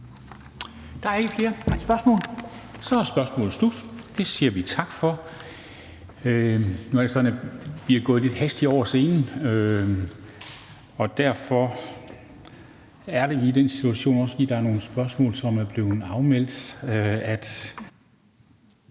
Der er ikke flere spørgsmål. Så er spørgsmålet slut. Det siger vi tak for. Nu er det sådan, at vi er gået lidt hastigt over scenen, fordi der er nogle spørgsmål, der er blevet afmeldt,